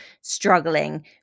struggling